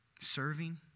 Serving